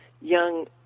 young